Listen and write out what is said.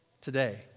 today